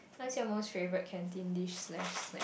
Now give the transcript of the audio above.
what's your most favourite canteen dish slash snack